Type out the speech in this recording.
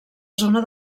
zona